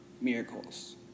miracles